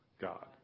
God